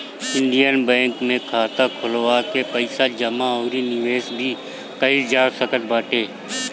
Indian bank में खाता खोलवा के पईसा जमा अउरी निवेश भी कईल जा सकत बाटे